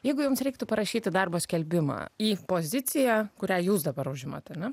jeigu jums reiktų parašyti darbo skelbimą į poziciją kurią jūs dabar užimat ar ne